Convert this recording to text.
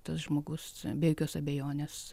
tas žmogus be jokios abejonės